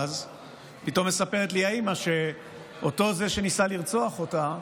פתאום סיפרה לי האימא שאותו זה שניסה לרצוח אותה,